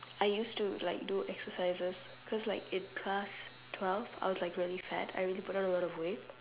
I used to like do exercises because like in class twelve I was really fat I used to put on a lot of weight